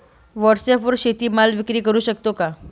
व्हॉटसॲपवर शेती माल विक्री करु शकतो का?